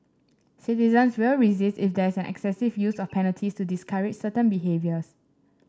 citizens will resist if there is excessive use of penalties to discourage certain behaviours